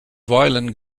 violin